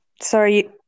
Sorry